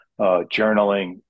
journaling